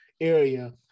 area